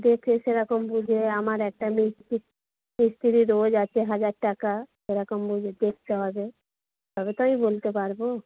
দেখে সেরকম বুঝে আমার একটা মিস্তি মিস্ত্রির রোজ আছে হাজার টাকা সেরকম বুঝে দেখতে হবে তবে তো আমি বলতে পারব